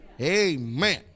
amen